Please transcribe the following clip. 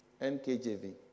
NKJV